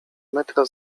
metra